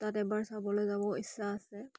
তাত এবাৰ চাবলৈ যাব ইচ্ছা আছে